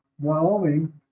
wyoming